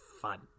fun